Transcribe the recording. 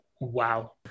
wow